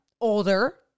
older